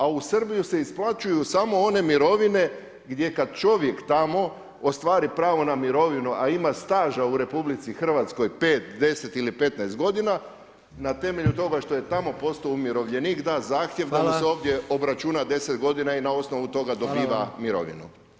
A u Srbiju se isplaćuju samo one mirovine gdje kada čovjek tamo ostvari pravo na mirovinu a ima staža u RH 5, 10 ili 15 godina na temelju toga što je tamo postao umirovljenik da zahtjev da mu se ovdje obračuna 10 godina i na osnovu toga dobiva mirovinu.